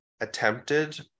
attempted